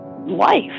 Life